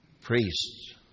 Priests